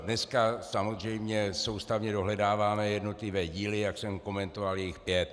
Dneska samozřejmě soustavně dohledáváme jednotlivé díly, jak jsem komentoval, je jich pět.